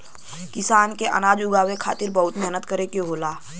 किसान के अनाज उगावे के खातिर बहुत मेहनत करे के होला